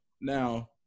now